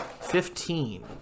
Fifteen